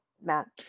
Matt